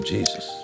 Jesus